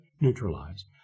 neutralize